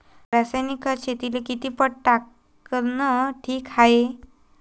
रासायनिक खत शेतीले किती पट टाकनं ठीक हाये?